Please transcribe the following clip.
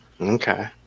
Okay